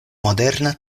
moderna